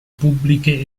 pubbliche